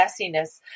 messiness